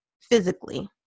physically